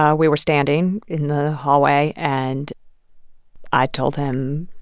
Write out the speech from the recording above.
ah we were standing in the hallway. and i told him